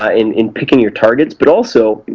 ah in in picking your targets, but also,